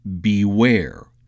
beware